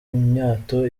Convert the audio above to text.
imyato